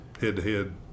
head-to-head